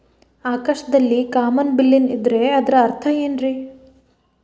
ಆಕಾಶದಲ್ಲಿ ಕಾಮನಬಿಲ್ಲಿನ ಇದ್ದರೆ ಅದರ ಅರ್ಥ ಏನ್ ರಿ?